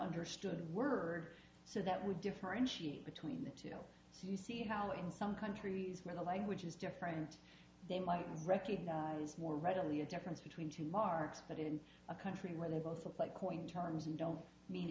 understood word so that would differentiate between the two so you see how in some countries where the language is different they might recognise more readily a difference between two marks but in a country where they both look like queen terms and don't mean